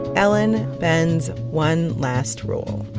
ellen bends one last rule